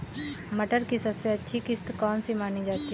मटर की सबसे अच्छी किश्त कौन सी मानी जाती है?